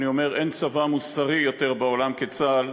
אני אומר: אין צבא מוסרי בעולם כצה"ל,